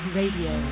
Radio